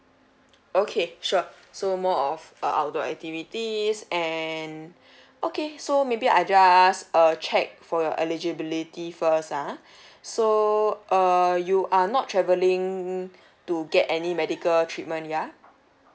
okay sure so more of uh outdoor activities and okay so maybe I just uh check for your eligibility first ah so uh you are not travelling to get any medical treatment ya